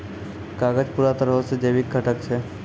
कागज पूरा तरहो से जैविक घटक छै